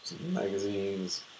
magazines